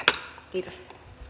kiitos